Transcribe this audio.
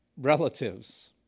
relatives